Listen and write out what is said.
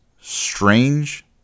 strange